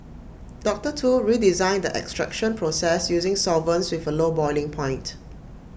doctor Tu redesigned the extraction process using solvents with A low boiling point